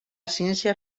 ciència